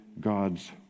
God's